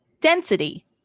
Density